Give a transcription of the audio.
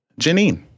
Janine